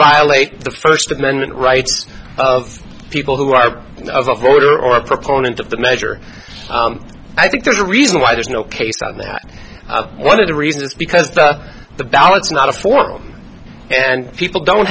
violate the first amendment rights of people who are of order or a proponent of the measure i think there's a reason why there's no case on that one of the reason is because the ballots not a form and people don't